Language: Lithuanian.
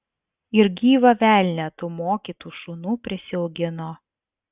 ir gyvą velnią tų mokytų šunų prisiaugino